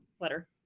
letter